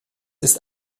ist